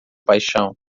paixão